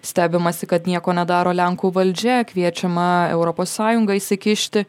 stebimasi kad nieko nedaro lenkų valdžia kviečiama europos sąjunga įsikišti